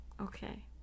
Okay